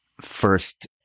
first